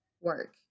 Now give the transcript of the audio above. work